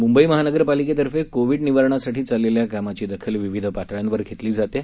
मुंबई महानगरपालिकेतर्फे कोविड निवारणासाठी चाललेल्या कामाची दखल विविध पातळ्यांवर घेतली जात आहे